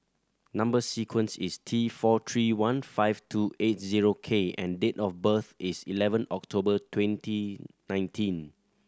number sequence is T four three one five two eight zero K and date of birth is eleven October twenty nineteen